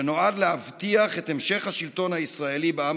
שנועד להבטיח את המשך השלטון הישראלי בעם